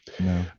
no